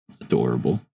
Adorable